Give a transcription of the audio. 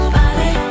body